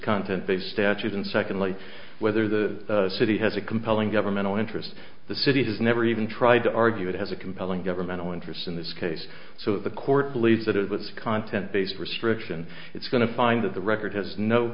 content based statute and secondly whether the city has a compelling governmental interest the city has never even tried to argue it has a compelling governmental interest in this case so the court believes that it was content based restriction it's going to find that the record has no